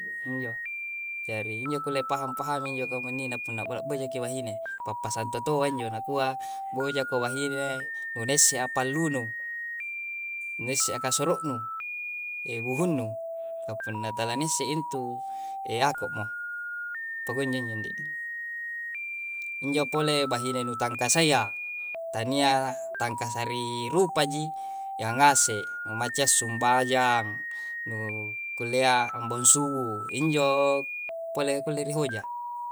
Injo, jari injo kulle pahang-pahangi injo kamunnina punna la nabojaki bahine. Pappasang tutoa njo. Na kua, abbojako bahine nu na issea pallu nu, nu na issea kasoro' nu, e buhung nu. Ka punna tala na isse' intu, e ako'mo. Pakunjo njo ndi'. Injo pole bahine nu tangkasayya, tania tangkasa ri rupa ji, iya ngase', nu maccayya sumbajang, nu kullea ambaung subu. Injo pole kulle rihoja.